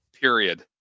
Period